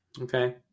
Okay